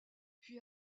puis